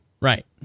Right